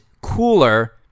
cooler